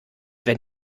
wenn